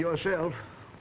yourself